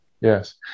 Yes